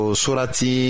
surati